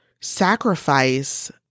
sacrifice